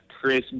Chris